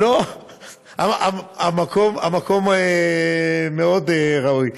המקום מאוד ראוי.